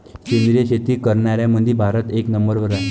सेंद्रिय शेती करनाऱ्याईमंधी भारत एक नंबरवर हाय